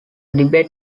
debate